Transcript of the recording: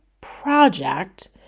project